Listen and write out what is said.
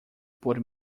por